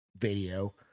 video